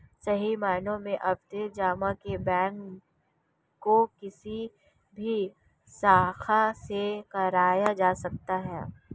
सही मायनों में आवर्ती जमा को बैंक के किसी भी शाखा से कराया जा सकता है